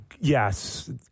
Yes